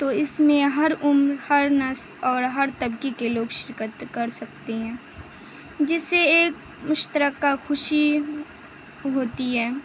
تو اس میں ہر عمر ہر نسل اور ہر طبقے کے لوگ شرکت کر سکتے ہیں جس سے ایک مشترکہ خوشی ہوتی ہے